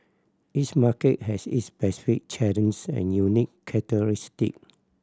each market has its specific and unique characteristic